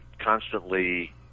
constantly